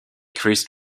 christ